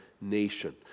nation